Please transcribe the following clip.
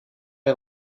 est